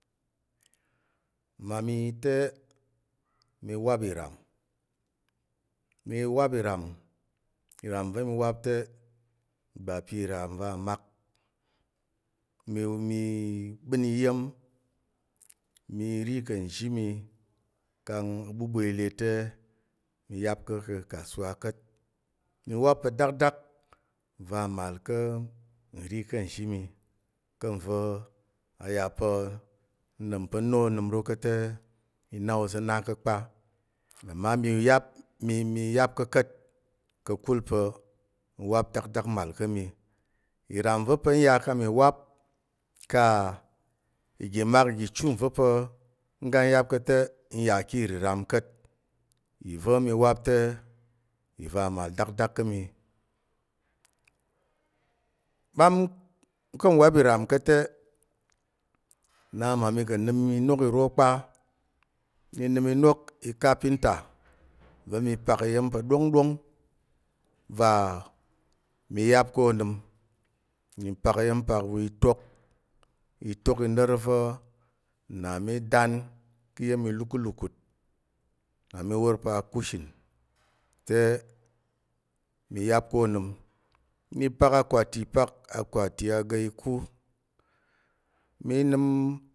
Mmami te mi wap iram. Mi wap iram, iram va̱ mi wap te, bapa̱ iram va mak mi- mi ɓən iya̱m mi ri ka̱ nzhi mi kang aɓuɓo i le te mi yap ká̱ kà̱ kasuwa ka̱t. Mi wap pa̱ dakdak va màl ká̱ nri ka̱ nzhi mi ka̱ nva̱ a yà pa̱ n ɗom pa̱ nna onəm oro ko te, mi na oza̱ na ko kpa, ama mi yap ka̱ ka̱t ka̱kul pa̱ nwap dakdak màl ka̱ mi. Iram va̱ pa̱ n ya ka mi wap ka i igi mak igi ichu nva̱ pa̱ ngga n yap ka̱ te n yà ki irəram ka̱t. Iva̱ mi wap te, iva màl dakdak ka̱ mi. Bam ka̱ ngwap iram ka̱t te na mmami ka̱ nnəm inok iro kpa. Mi nəm inok i kapinta va̱ mi pak iya̱m pa̱ ɗongɗong va mi yap ka̱ ônəm mi pak iya̱m pak wa itok, itok i noro va̱ nna mí dan ki iya̱m ilukutlukut. Nna míwor pa̱ akushin te mi yap ka̱ ônəm. Mi pak akwati pak akwati ga ikú, mi nəm